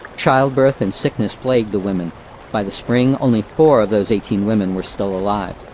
childbirth and sickness plagued the women by the spring, only four of those eighteen women were still alive.